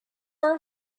are